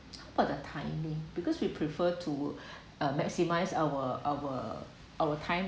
what the timing because we prefer to uh maximize our our our time